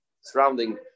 surrounding